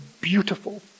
beautiful